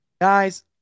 guys